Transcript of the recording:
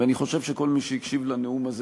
ואני חושב שכל מי שהקשיב לנאום הזה